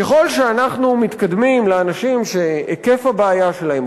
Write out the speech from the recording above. ככל שאנחנו מתקדמים לאנשים שהיקף הבעיה שלהם,